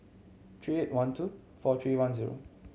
three eight one two four three one zero